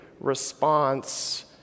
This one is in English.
response